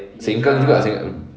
sengkang juga